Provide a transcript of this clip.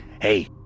hey